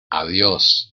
adiós